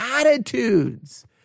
attitudes